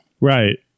Right